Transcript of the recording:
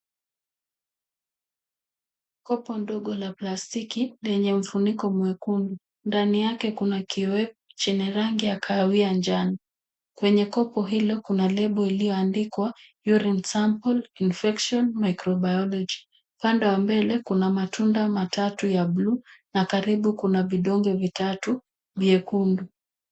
Kopo ndogo la plastiki lenye funiko mwekundu. Ndani yake kuna kiwe chenye rangi ya kahawia njano. Kwenye kopo hilo kuna label iliyoandikwa urine sample infection micro-biology . Upande wa mbele kuna matunda matatu ya bluu na karibu kuna vidonge vitatu vyekundu.